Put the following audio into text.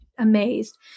amazed